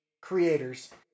creators